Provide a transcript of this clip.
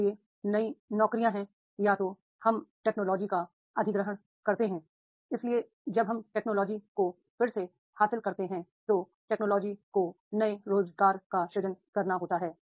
इसलिए नई नौकरियां हैं या तो हम टेक्नोलॉजी का अधिग्रहण करते हैं इसलिए जब हम टेक्नोलॉजी को फिर से हासिल करते हैं तो टेक्नोलॉजी को नए रोजगार का सृजन करना होता है